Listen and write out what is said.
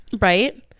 Right